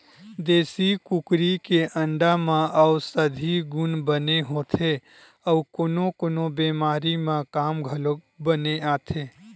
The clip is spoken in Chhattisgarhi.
देसी कुकरी के अंडा म अउसधी गुन बने होथे अउ कोनो कोनो बेमारी म काम घलोक बने आथे